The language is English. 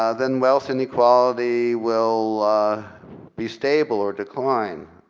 ah then wealth and equality will be stable or decline.